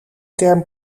term